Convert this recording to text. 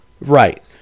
Right